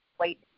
wait